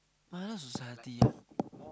moral society one